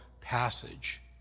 passage